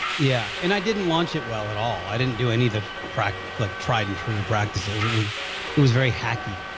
yeah, and i didn't launch it well at all i didn't do anything cracked like tried-and-true practices it was it was very hacky.